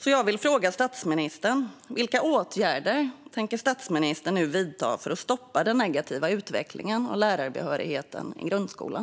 Därför vill jag fråga statsministern: Vilka åtgärder tänker statsministern nu vidta för att stoppa den negativa utvecklingen i fråga om lärarbehörigheten i grundskolan?